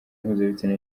mpuzabitsina